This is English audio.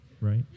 right